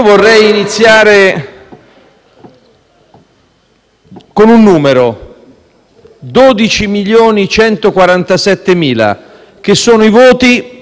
vorrei iniziare con un numero: 12.147.000 sono i voti